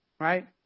right